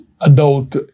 adult